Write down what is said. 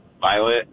Violet